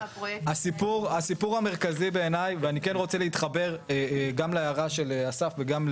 הסיפור המרכזי בעיניי ואני כן רוצה להתחבר גם להערה של אסף וגם לארז,